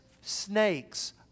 snakes